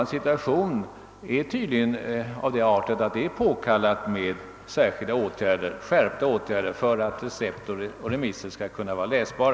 Nej, situationen är så allvarlig att det är påkallat med skärpta åtgärder för att se till att skriften på recept och remisser är läsbar.